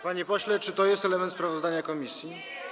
Panie pośle, czy to jest element sprawozdania komisji?